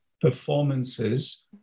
performances